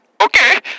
Okay